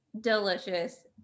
delicious